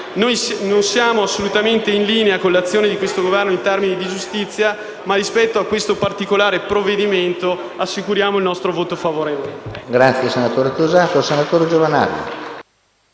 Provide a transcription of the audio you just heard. che non siamo assolutamente in linea con l'azione del Governo sulla giustizia, ma rispetto a questo particolare provvedimento assicuriamo il nostro voto favorevole.